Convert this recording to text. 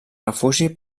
refugi